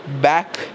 back